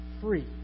free